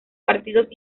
partidos